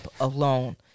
alone